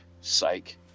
psych